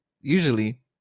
usually